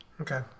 Okay